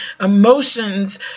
emotions